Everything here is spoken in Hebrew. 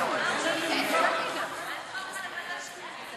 בעד הצעתו של חבר הכנסת ברושי,